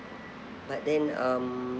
but then um